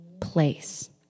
place